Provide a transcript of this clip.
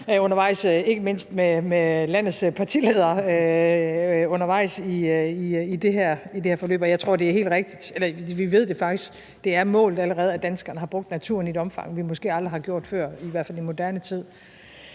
ikke mindst med landets partiledere undervejs i det her forløb, og jeg tror, eller vi ved faktisk, for det er allerede målt, at danskerne har brugt naturen i et omfang, vi måske aldrig har gjort før – i hvert fald i moderne tid.